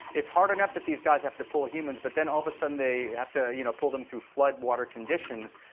it's hard enough that these guys have to pull humans. but then all of a sudden, they have to you know pull them through floodwater conditions.